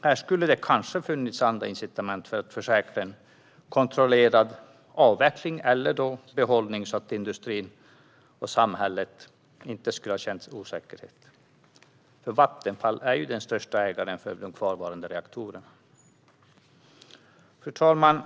Här skulle det kanske ha funnits andra incitament för att försäkra en kontrollerad avveckling eller ett bevarande så att industrin och samhället inte skulle ha känt osäkerhet. Vattenfall är ju den största ägaren av de kvarvarande reaktorerna. Fru talman!